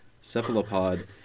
Cephalopod